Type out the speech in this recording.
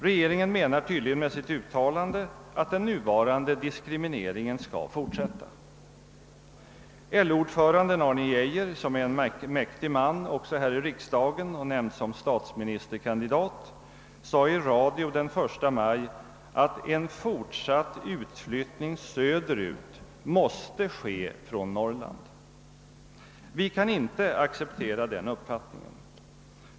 Regeringen menar tydligen med sitt uttalande att den nuvarande diskrimineringen skall fortsätta. LO-ordföranden Arne Geijer, som är en mäktig man också här i riksdagen och nämnts som statsministerkandidat, sade i radio den 1 maj att en fortsatt utflyttning söderut måste ske från Norrland. Vi kan inte acceptera den uppfattningen.